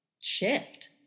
shift